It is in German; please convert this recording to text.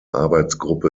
arbeitsgruppe